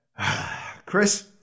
Chris